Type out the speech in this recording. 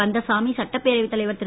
கந்தசாமி சட்டப்பேரவைத் தலைவர் திரு